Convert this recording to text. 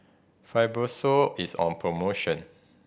Fibrosol is on promotion